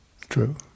true